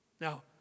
Now